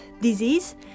disease